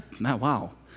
wow